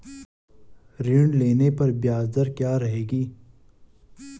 ऋण लेने पर ब्याज दर क्या रहेगी?